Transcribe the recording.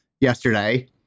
yesterday